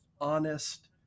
honest